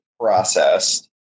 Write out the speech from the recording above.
processed